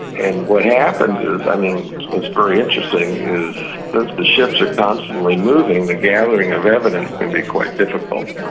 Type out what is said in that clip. and what happens is, i mean, what's very interesting is since the ships are constantly moving moving the gathering of evidence can be quite difficult.